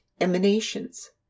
emanations